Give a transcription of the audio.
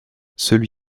celui